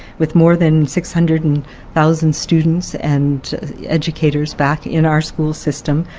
with more than six hundred and thousand students and educators back in our school system,